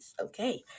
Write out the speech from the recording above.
okay